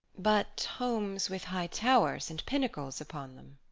but homes with high towers and pinnacles upon them.